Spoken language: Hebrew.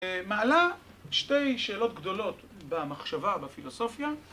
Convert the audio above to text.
מעלה שתי שאלות גדולות במחשבה בפילוסופיה